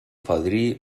fadrí